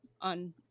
on